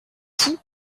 fou